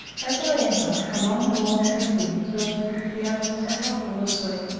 as i enter, a long roar from within tells me that the animals are not all asleep.